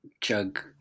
jug